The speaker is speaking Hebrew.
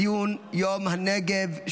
ציון יום הנגב,